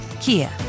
Kia